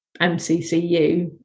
mccu